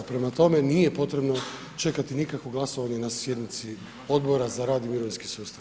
Prema tome, nije potrebno čekati nikakvo glasovanje na sjednici odbora za rad i mirovinski sustav.